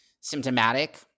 symptomatic